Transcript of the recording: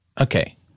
Okay